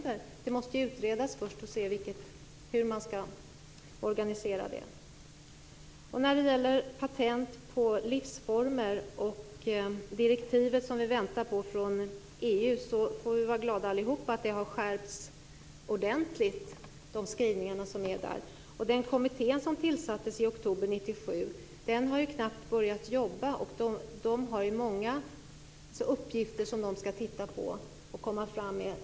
Frågan måste utredas, och sedan får vi se hur det blir med organisationen. Sedan var det frågan om patent på livsformer och det väntade direktivet från EU. Vi får vara glada att skrivningarna har skärpts ordentligt. Kommittén som tillsattes i oktober 1997 har knappt börjat jobba. Den har många uppgifter att genomföra.